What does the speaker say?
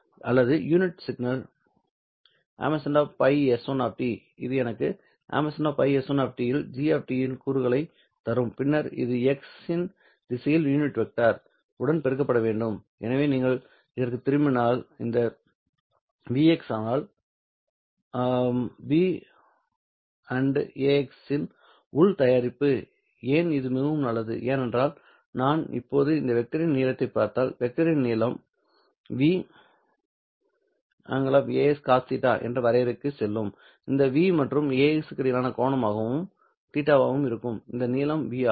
அல்லது unit signal ϕS1 இது எனக்கு ϕS1 இல் g இன் கூறுகளைத் தரும் பின்னர் இது x இன் திசையில் யூனிட் வெக்டர் உடன் பெருக்கப்பட வேண்டும் எனவே நீங்கள் இதற்குத் திரும்பினால் இந்த vx ஆனால் 'v | âx இன் உள் தயாரிப்பு ஏன் இது மிகவும் நல்லது ஏனென்றால் நான் இப்போது இந்த வெக்டரின் நீளத்தைப் பார்த்தால் வெக்டரின் நீளம் ¿V'v∨¿ || âx || cos θ இந்த வரையறைக்குச் செல்லும் இந்த 'v மற்றும் âx க்கு இடையில் கோணமாக θ வாக இருக்கும் இந்த நீளம் 'v ஆகும்